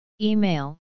Email